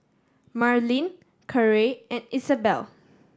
Marylyn Carey and Isabelle